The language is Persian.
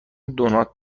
دونات